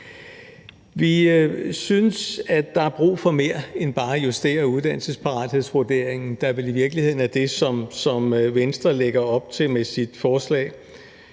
Vi synes, at der er brug for mere end bare at justere uddannelsesparathedsvurderingen, hvilket vel i virkeligheden er det, som Venstre lægger op til med sit forslag.